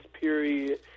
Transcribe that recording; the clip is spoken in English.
period